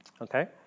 Okay